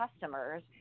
customers